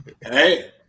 Hey